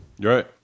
right